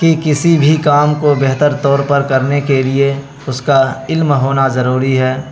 کہ کسی بھی کام کو بہتر طور پر کرنے کے لیے اس کا علم ہونا ضروری ہے